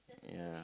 ya